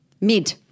Mid